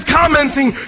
commenting